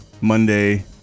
monday